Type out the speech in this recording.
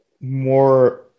more